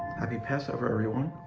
happy passover, everyone.